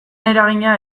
eragina